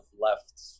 left